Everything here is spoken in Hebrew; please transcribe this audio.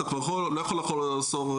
אתה כבר לא יכול לחזור אחורה.